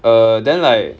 err then like